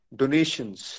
donations